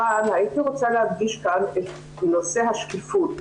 אבל הייתי רוצה להדגיש כאן את נושא השקיפות.